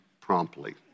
promptly